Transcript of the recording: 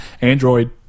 android